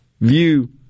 view